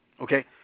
Okay